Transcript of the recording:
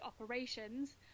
operations